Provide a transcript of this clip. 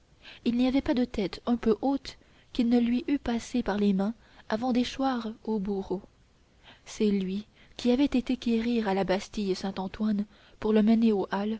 il n'y avait pas de tête un peu haute qui ne lui eût passé par les mains avant d'échoir au bourreau c'est lui qui avait été quérir à la bastille saint-antoine pour le mener